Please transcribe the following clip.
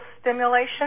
stimulation